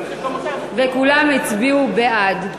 וכולם הצביעו בעד.